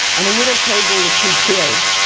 and a little table with two chairs.